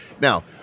now